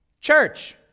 Church